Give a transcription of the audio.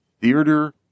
theater